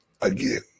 again